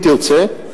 אם תרצה,